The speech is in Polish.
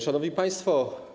Szanowni Państwo!